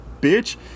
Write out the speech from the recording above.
bitch